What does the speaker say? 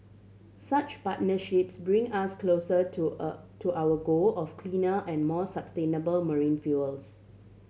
such partnerships bring us closer to a to our goal of cleaner and more sustainable marine fuels